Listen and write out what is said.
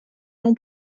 noms